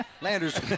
Landers